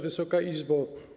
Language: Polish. Wysoka Izbo!